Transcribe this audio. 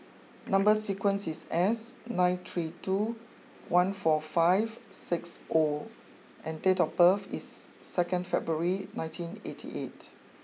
number sequence is S nine three two one four five six O and date of birth is second February nineteen eighty eight